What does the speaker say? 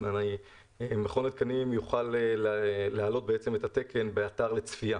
מכון התקנים יוכל להעלות את התקן באתר לצפייה.